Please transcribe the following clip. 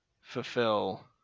fulfill